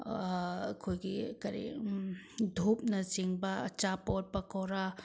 ꯑꯩꯈꯣꯏꯒꯤ ꯀꯔꯤ ꯙꯨꯞꯅꯆꯤꯡꯕ ꯑꯆꯥꯄꯣꯠ ꯄꯀꯣꯔꯥ